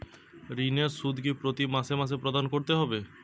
ঋণের সুদ কি প্রতি মাসে মাসে প্রদান করতে হবে?